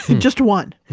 just one.